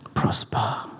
Prosper